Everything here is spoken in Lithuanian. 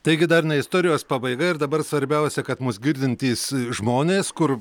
taigi dar ne istorijos pabaiga ir dabar svarbiausia kad mus girdintys žmonės kur